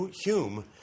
Hume